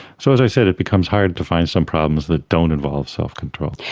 so, as i said, it becomes hard to find some problems that don't involve self-control.